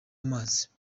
amazi